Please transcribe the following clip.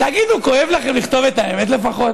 תגידו, כואב לכם לכתוב את האמת, לפחות?